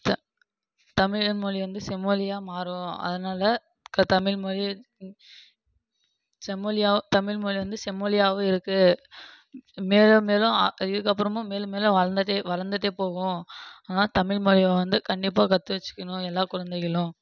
த தமிழ்மொழி வந்து செம்மொழியாக மாறும் அதனால் தமிழ்மொழி செம்மொழியாக தமிழ்மொழி வந்து செம்மொழியாகவும் இருக்குது மேலும் மேலும் இதுக்கப்புறமும் மேலும் மேலும் வளர்ந்துட்டே வளர்ந்துட்டே போகும் அதனால் தமிழ்மொழியை வந்து கண்டிப்பாக கற்று வைச்சுக்கணும் எல்லா குழந்தைகளும்